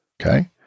okay